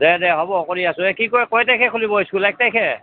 দে দে হ'ব কৰি আছো এই কি কয় কেই তাৰিখে খুলিব স্কুল এক তাৰিখে